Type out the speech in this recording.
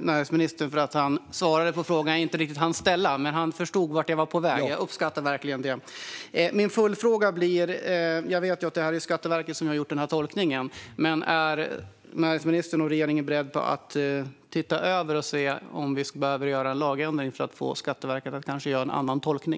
näringsministern för att han svarade på den fråga jag inte riktigt hann ställa. Han förstod vart jag var på väg, och jag uppskattar verkligen det. Jag har en följdfråga. Jag vet att det är Skatteverket som har gjort den här tolkningen. Men är näringsministern och regeringen beredda att titta på om vi behöver göra en lagändring för att få Skatteverket att kanske göra en annan tolkning?